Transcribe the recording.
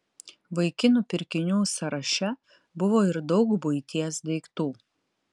vaikinų pirkinių sąraše buvo ir daug buities daiktų